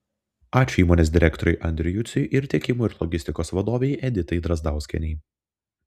ačiū įmonės direktoriui andriui juciui ir tiekimo ir logistikos vadovei editai drazdauskienei